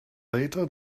later